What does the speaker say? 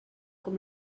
com